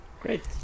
Great